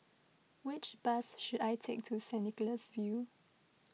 which bus should I take to Saint Nicholas View